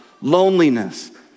loneliness